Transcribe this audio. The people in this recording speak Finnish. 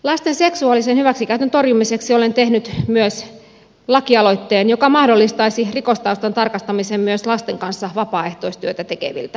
lasten seksuaalisen hyväksikäytön torjumiseksi olen tehnyt myös lakialoitteen joka mahdollistaisi rikostaustan tarkastamisen myös lasten kanssa vapaaehtoistyötä tekeviltä